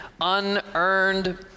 unearned